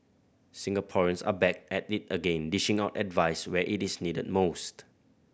singaporeans are back at it again dishing out advice where it is needed most